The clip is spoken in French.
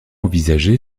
envisagé